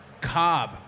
Cobb